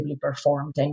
performed